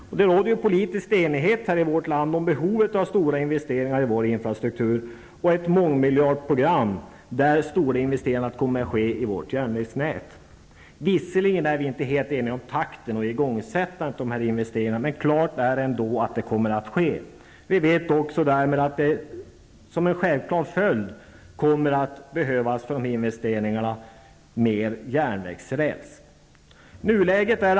Det råder ju politisk enighet i vårt land om behovet av stora investeringar i vår infrastruktur, liksom om behovet av ett mångmiljardprogram för stora investeringar i järnvägsnätet. Visserligen är vi inte helt eniga om takten och om igångsättandet beträffande dessa investeringar. Klart är ändå att detta kommer att ske. Därmed vet vi att det, det är en självklar följd, när det gäller de här investeringarna kommer att behövas mer järnvägsräls.